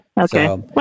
Okay